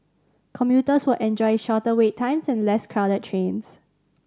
commuters will enjoy shorter wait times and less crowded trains